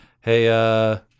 Hey